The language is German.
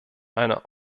einer